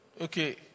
Okay